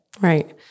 Right